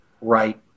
right